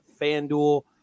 FanDuel